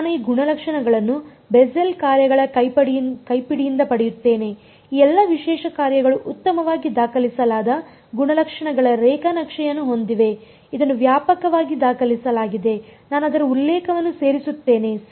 ನಾನು ಈ ಗುಣಲಕ್ಷಣಗಳನ್ನು ಬೆಸೆಲ್ ಕಾರ್ಯಗಳ ಕೈಪಿಡಿಯಿಂದ ಪಡೆಯುತ್ತೇನೆ ಈ ಎಲ್ಲಾ ವಿಶೇಷ ಕಾರ್ಯಗಳು ಉತ್ತಮವಾಗಿ ದಾಖಲಿಸಲಾದ ಗುಣಲಕ್ಷಣಗಳ ರೇಖಾ ನಕ್ಷೆಯನ್ನು ಹೊಂದಿವೆ ಇದನ್ನು ವ್ಯಾಪಕವಾಗಿ ದಾಖಲಿಸಲಾಗಿದೆ ನಾನು ಅದರ ಉಲ್ಲೇಖವನ್ನು ಸೇರಿಸುತ್ತೇನೆ ಸರಿ